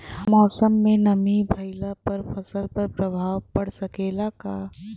मौसम में नमी भइला पर फसल पर प्रभाव पड़ सकेला का?